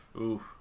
Oof